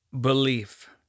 belief